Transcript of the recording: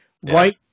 White